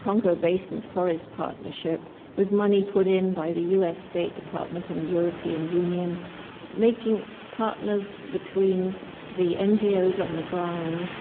congo basin forest partnership with money put in by the us state department and the european union making partners between the ngos on the ground,